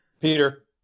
Peter